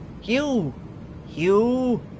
hugh hugh.